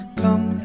come